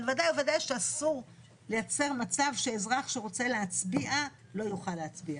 אבל בוודאי שאסור לייצר מצב שאזרח שרוצה להצביע לא יוכל להצביע.